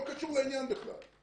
לא קשור לעניין בכלל.